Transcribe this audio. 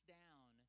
down